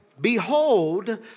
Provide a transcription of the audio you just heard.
behold